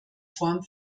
form